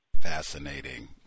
fascinating